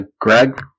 Greg